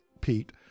Pete